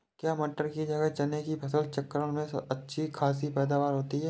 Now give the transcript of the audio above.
क्या मटर की जगह चने की फसल चक्रण में अच्छी खासी पैदावार होती है?